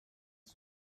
uno